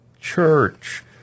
church